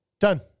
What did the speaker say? done